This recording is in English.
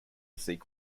seek